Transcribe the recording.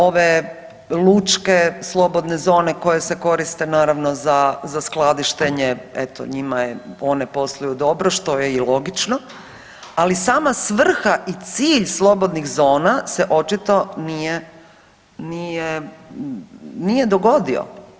Ove lučke slobodne zone koje se koriste naravno za skladištenje eto njima je one posluju dobro što je i logično, ali sama svrha i cilj slobodnih zona se očito nije, nije, nije dogodio.